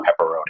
pepperoni